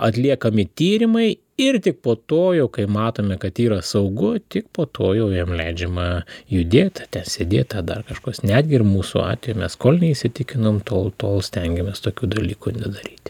atliekami tyrimai ir tik po to jau kai matome kad yra saugu tik po to jau jam leidžiama judėti sėdėti ar dar kažko netgi ir mūsų atveju mes kol neįsitikinom tol tol stengiamės tokių dalykų nedaryti